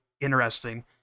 interesting